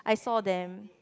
I saw them